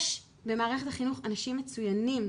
יש במערכת החינוך אנשים מצוינים,